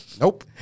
Nope